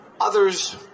Others